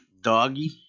doggy